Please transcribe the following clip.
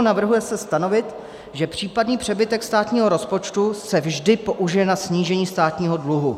Navrhuje se stanovit, že případný přebytek státního rozpočtu se vždy použije na snížení státního dluhu.